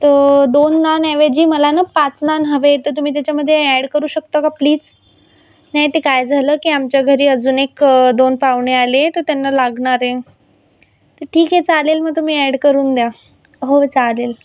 तर दोन नानऐवजी मला ना पाच नान हवे तर तुम्ही त्याच्यामध्ये ॲड करू शकता का प्लीज नाही ते काय झालं की आमच्या घरी अजून एक दोन पाहुणे आले तर त्यांना लागणार आहे तर ठीक आहे चालेल मग तुम्ही ॲड करून द्या हो चालेल